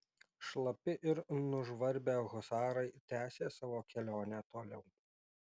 šlapi ir nužvarbę husarai tęsė savo kelionę toliau